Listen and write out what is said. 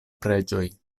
preĝoj